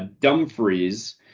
Dumfries